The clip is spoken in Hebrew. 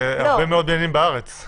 זה הרבה מאוד בניינים בארץ.